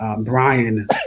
Brian